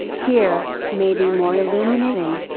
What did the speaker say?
here, may be more illuminating,